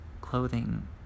clothing